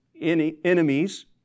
enemies